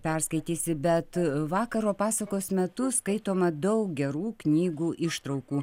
perskaitysi bet vakaro pasakos metu skaitoma daug gerų knygų ištraukų